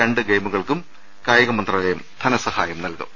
രണ്ട് ഗെയിമു കൾക്കും കായിക മന്ത്രാലയും ധനസഹായം നൽകും